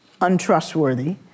untrustworthy